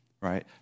Right